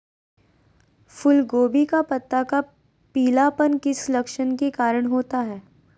फूलगोभी का पत्ता का पीलापन किस लक्षण के कारण होता है?